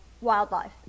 wildlife